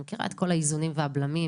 ואני מכירה את כל האיזונים והבלמים.